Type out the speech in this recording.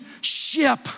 ship